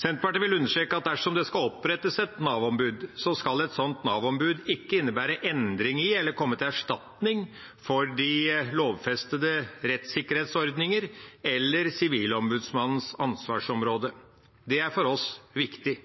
Senterpartiet vil understreke at dersom det skal opprettes et Nav-ombud, skal et sånt Nav-ombud ikke innebære endring i eller komme til erstatning for de lovfestede rettssikkerhetsordninger eller Sivilombudsmannens ansvarsområde. Det er for oss viktig.